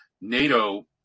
NATO